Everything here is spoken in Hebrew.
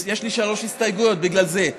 יש לי שלוש הסתייגויות בגלל זה.